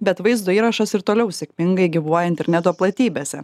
bet vaizdo įrašas ir toliau sėkmingai gyvuoja interneto platybėse